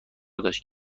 داشت